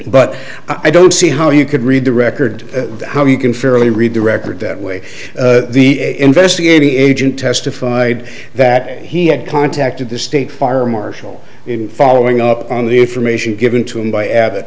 but i don't see how you could read the record how you can fairly read the record that way the investigating agent testified that he had contacted the state fire marshal in following up on the information given to him by abbott